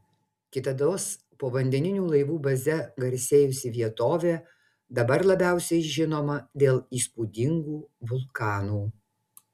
kitados povandeninių laivų baze garsėjusi vietovė dabar labiausiai žinoma dėl įspūdingų vulkanų